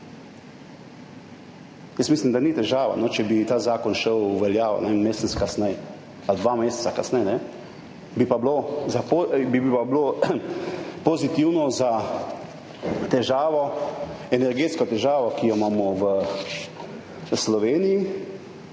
mislim, da ni težava, če bi ta zakon šel v veljavo, ne vem, mesec kasneje ali dva meseca kasneje, bi pa bilo pozitivno za energetsko težavo, ki jo imamo v Sloveniji,